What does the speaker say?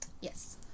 Yes